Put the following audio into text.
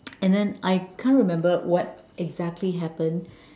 and then I can't remember what exactly happened